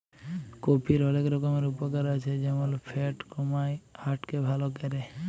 কফির অলেক রকমের উপকার আছে যেমল ফ্যাট কমায়, হার্ট কে ভাল ক্যরে